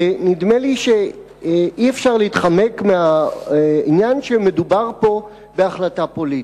נדמה לי שאי-אפשר להתחמק מהעניין שמדובר פה בהחלטה פוליטית.